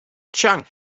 chang